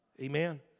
Amen